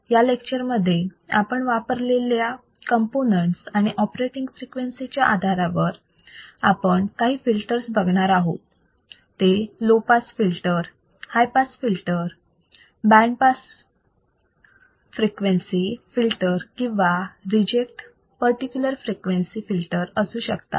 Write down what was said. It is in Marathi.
या लेक्चर मध्ये आपण वापरलेल्या कंपोनेंट्स आणि ऑपरेटिंग फ्रिक्वेन्सी च्या आधारावर आपण काही फिल्टर्स बघणार आहोत ते low pass filter high pass filter pass the band of frequency filter किंवा रिजेक्ट पर्टिक्युलर फ्रिक्वेन्सी फिल्टर असू शकतात